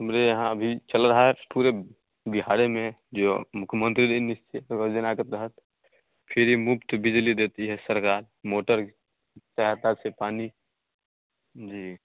हमारे यहाँ अभी चल रहा है पूरे बिहार में जो मुख्यमंत्री योजना के तहत फ्री मुफ़्त बिजली देती है सरकार मोटर से पानी जी